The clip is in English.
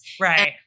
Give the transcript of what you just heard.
right